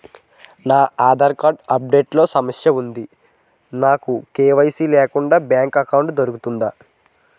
నా Aadhaar update లో సమస్య వుంది నాకు కే.వై.సీ లేకుండా బ్యాంక్ ఎకౌంట్దొ రుకుతుందా?